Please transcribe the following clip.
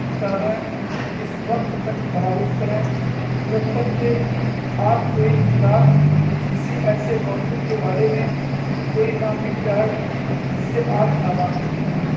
کتابیں اس وقت تک براؤز کریں جب تک کہ آپ کوئی کتاب کسی ایسے موضوع کے بارے میں کوئی نہ مل جائے جس سے آپ ناواقف ہوں